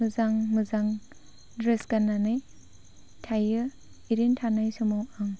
मोजां मोजां ड्रेस गाननानै थायो ओरैनो थानाय समाव आं